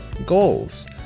goals